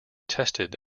tested